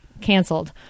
canceled